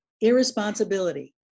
irresponsibility